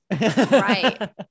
Right